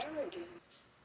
arrogance